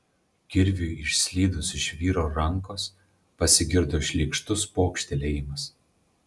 kirviui išslydus iš vyro rankos pasigirdo šleikštus pokštelėjimas